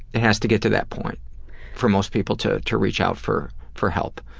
it has to get to that point for most people to to reach out for for help.